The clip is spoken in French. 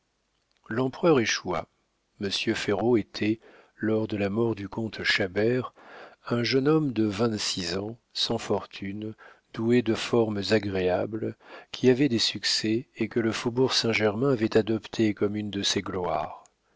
l'empereur échoua monsieur ferraud était lors de la mort du comte chabert un jeune homme de vingt-six ans sans fortune doué de formes agréables qui avait des succès et que le faubourg saint-germain avait adopté comme une de ses gloires